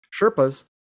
sherpas